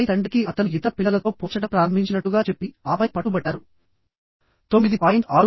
ఆపై తండ్రికి అతను ఇతర పిల్లలతో పోల్చడం ప్రారంభించినట్లుగా చెప్పి ఆపై పట్టుబట్టారు 9